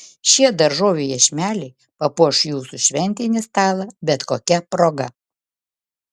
šie daržovių iešmeliai papuoš jūsų šventinį stalą bet kokia proga